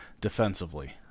defensively